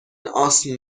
آسم